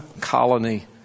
colony